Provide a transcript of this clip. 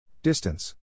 Distance